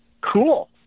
Cool